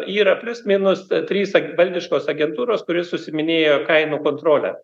yra plius minus trys valdiškos agentūros kurios užsiiminėja kainų kontrole